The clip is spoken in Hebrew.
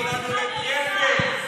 השרה ללא-תרבות, עכשיו ללא-תחבורה.